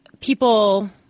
people